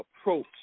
approach